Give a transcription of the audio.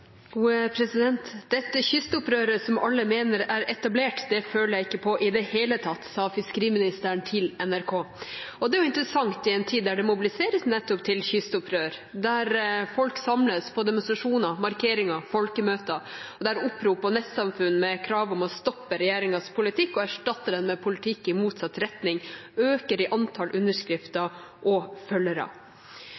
etablert, føler jeg ikke på i det hele tatt, sa fiskeriministeren til NRK. Det er interessant i en tid der det mobiliseres nettopp til kystopprør, der folk samles på demonstrasjoner, markeringer, folkemøter, og der opprop på nettsamfunn med krav om å stoppe regjeringens politikk og erstatte den med politikk i motsatt retning, øker i antall underskrifter